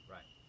Right